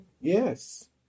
Yes